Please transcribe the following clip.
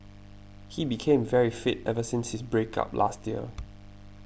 he became very fit ever since his break up last year